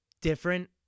different